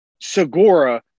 Segura